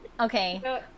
okay